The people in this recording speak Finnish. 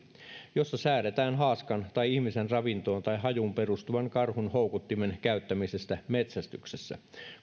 jossa säädetään haaskan tai ihmisen ravintoon tai hajuun perustuvan karhun houkuttimen käyttämisestä metsästyksessä